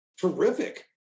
Terrific